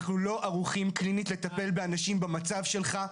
אנחנו לא ערוכים קלינית לטפל באנשים במצב שלך,